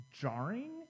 jarring